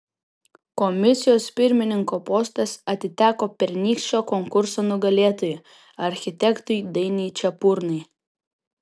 komisijos pirmininko postas atiteko pernykščio konkurso nugalėtojui architektui dainiui čepurnai